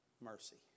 mercy